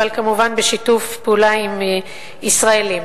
אבל כמובן בשיתוף פעולה עם ישראלים.